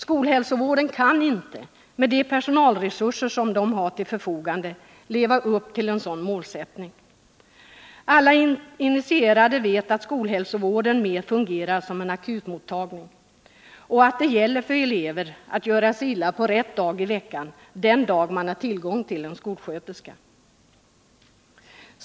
Skolhälsovården kan inte med de personalresurser som står till dess förfogande leva upp till en sådan målsättning. Alla initierade vet att skolhälsovården mer fungerar som en akutmottagning och att det gäller för eleverna att göra sig illa på rätt dag i veckan — den dag då man har tillgång till en skolsköterska.